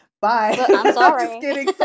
Bye